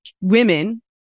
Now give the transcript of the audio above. women